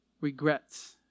regrets